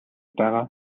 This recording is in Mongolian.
байгаа